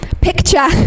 picture